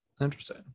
interesting